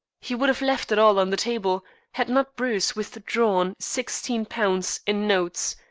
he would have left it all on the table had not bruce withdrawn sixteen pounds in notes,